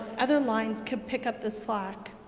other lines can pick up the slack.